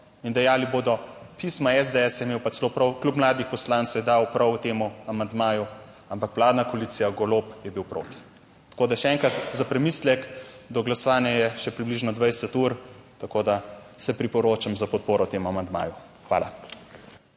in dejali bodo, SDS je imel pa celo prav, klub mladih poslancev je dal prav temu amandmaju, ampak vladna koalicija, Golob je bil proti. Tako da še enkrat za premislek, do glasovanja je še približno 20 ur, tako da se priporočam za podporo temu amandmaju. Hvala.